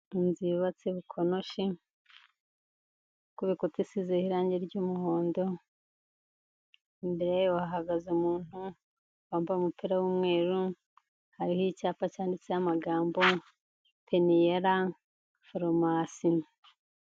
Inzu yubatse bukonoshi ku bikuta isizeho irangi ry'umuhondo, imbere hagaze umuntu wambaye umupira w'umweru, hariho icyapa cyanditseho amagambo peniyera foromasi.